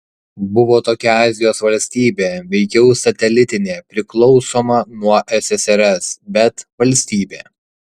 buvo tokia azijos valstybė veikiau satelitinė priklausoma nuo ssrs bet valstybė